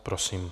Prosím.